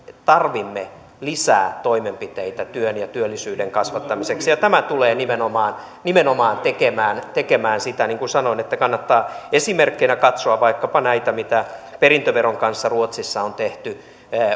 tarvitsemme lisää toimenpiteitä työn ja työllisyyden kasvattamiseksi tämä tulee nimenomaan nimenomaan tekemään tekemään sitä niin kuin sanoin kannattaa esimerkkeinä katsoa vaikkapa mitä perintöveron kanssa on ruotsissa tehty